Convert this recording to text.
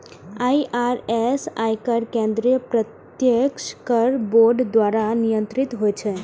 IRS, आयकर केंद्रीय प्रत्यक्ष कर बोर्ड द्वारा नियंत्रित होइ छै